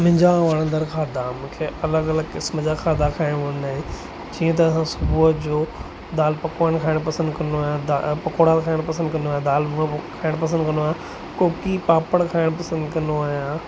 मुंहिंजा वड़ंदड़ खाधा मूंखे अलॻि अलॻि किस्मु जा खाधा खाइण वणंदा आहिनि जीअं त असां सुबुहु जो दालि पकवान खाइण पसंदि कंदो आहियां दा पकौड़ा खाइण पसंदि कंदो आहियां दालि मुङड़ा खाइणु पसंदि कंदो आहे कोकी पापड़ खाइण पसंदि कंदो आहियां